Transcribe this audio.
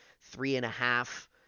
three-and-a-half